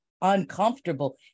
uncomfortable